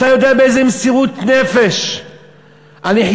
אתה יודע באיזה מסירות נפש חיברתי